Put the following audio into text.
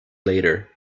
later